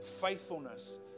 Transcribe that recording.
Faithfulness